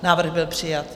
Návrh byl přijat.